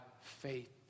faith